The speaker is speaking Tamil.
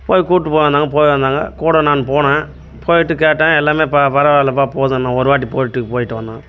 போய் கூட்டி போங்கன்னாங்க போய் வந்தாங்க கூட நான் போனேன் போயிட்டு கேட்டேன் எல்லாமே ப பரவாயில்லப்பா போதும் இன்னும் ஒருவாட்டி போட்டிக்குப் போயிட்டு வந்தான்